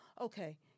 okay